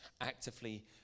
actively